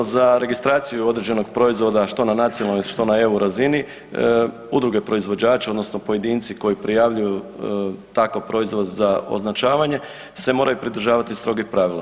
Vezano za registraciju određenog proizvoda što na nacionalnoj, što na EU razini udruge proizvođača odnosno pojedinci koji prijavljuju takav proizvod za označavanje se moraju pridržavati strogih pravila.